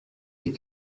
les